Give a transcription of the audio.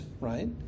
right